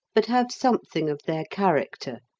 but have something of their character,